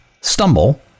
stumble